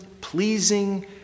pleasing